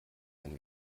wenn